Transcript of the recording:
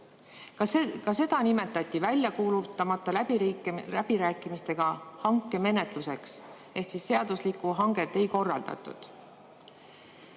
Ka seda nimetati väljakuulutamata läbirääkimistega hankemenetluseks ehk seaduslikku hanget ei korraldatud.